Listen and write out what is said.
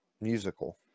musical